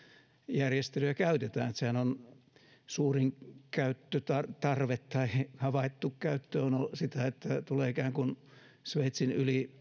järjestelyjä käytetään suurin käyttötarve tai havaittu käyttöhän on ollut sitä että tulee ikään kuin sveitsin